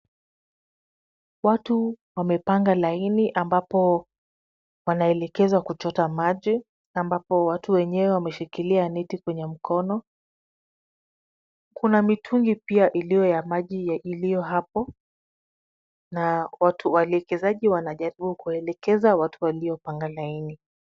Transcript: Watu wamepanga laini ambapo wanaelekezwa kuchota maji ambapo watu wenyewe wameshikilia neti kwenye mkono. Kuna mitungi pia iliyo ya maji iliyo hapo na waelekezaji wanajaribu kuwaelekeza watu waliopanga laini .